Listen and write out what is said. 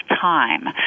time